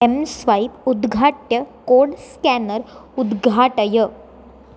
M स्वैप् उद्घाट्य code scanner उद्घाटय